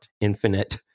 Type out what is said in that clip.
infinite